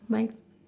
mi~